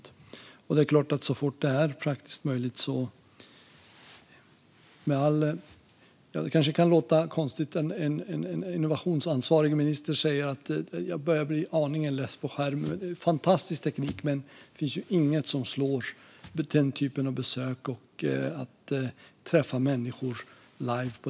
Det är klart att vi vill göra det så fort det är praktiskt möjligt. Det kanske kan låta konstigt om jag som innovationsansvarig minister säger att jag börjar bli aningen less på skärmen. Det är en fantastisk teknik, men det finns ju inget som slår den typen av besök och att träffa människor live.